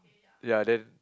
ya then